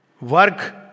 work